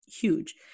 huge